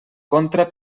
contra